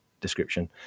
description